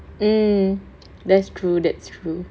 hmm that's true that's true